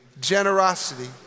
Generosity